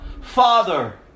Father